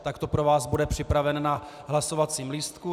Takto pro vás bude připraven na hlasovacím lístku.